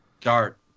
dart